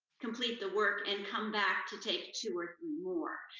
complete the work, and come back to take two or three more.